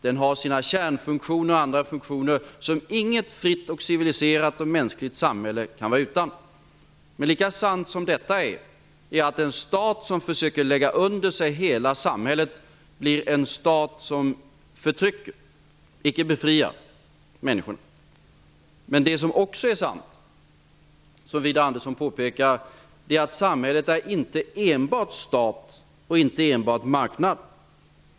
Den har sina kärnfunktioner och andra funktioner som inget fritt, civiliserat och mänskligt samhälle kan vara utan. Men lika sant som detta, är att den stat som försöker lägga under sig hela samhället blir en stat som förtrycker -- icke befriar -- människorna. Det är också sant att samhället inte enbart är stat och inte enbart marknad, som Widar Andersson påpekar.